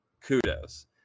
Kudos